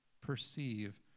perceive